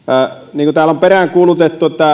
niin kuin täällä on peräänkuulutettu